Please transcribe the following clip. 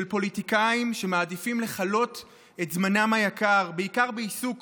של פוליטיקאים שמעדיפים לכלות את זמנם היקר בעיקר בעיסוק